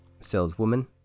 saleswoman